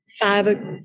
five